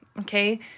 Okay